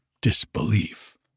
disbelief